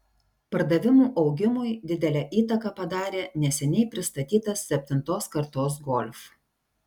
pardavimų augimui didelę įtaką padarė neseniai pristatytas septintos kartos golf